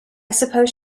suppose